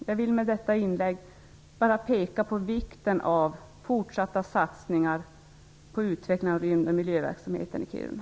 Jag har med detta inlägg velat peka på vikten av fortsatta satsningar på utveckling av rymdoch miljöverksamheten i Kiruna.